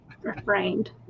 refrained